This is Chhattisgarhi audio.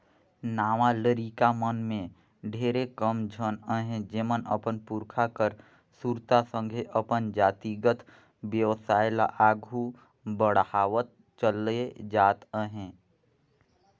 नावा लरिका मन में ढेरे कम झन अहें जेमन अपन पुरखा कर सुरता संघे अपन जातिगत बेवसाय ल आघु बढ़ावत चले जात अहें